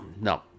No